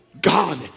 God